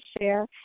share